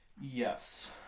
Yes